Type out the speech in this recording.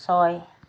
ছয়